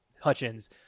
Hutchins